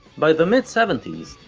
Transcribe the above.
by the mid-seventies,